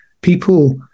People